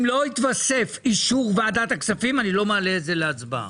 אם לא יתווסף אישור ועדת הכספים אני לא מעלה את זה להצבעה.